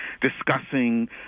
discussing